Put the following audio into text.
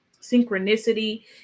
synchronicity